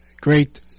great